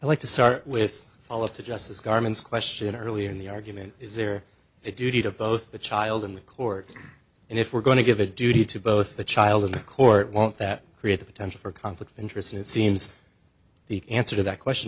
i like to start with all of the justice garments question early in the argument is there a duty to both the child and the court and if we're going to give a duty to both the child and the court won't that create the potential for conflict of interest and it seems the answer to that question